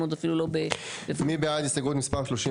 אפילו לא --- מי בעד הסתייגות מספר 35?